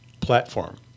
platform